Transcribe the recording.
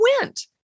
went